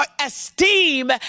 esteem